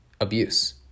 abuse